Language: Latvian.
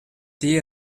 tie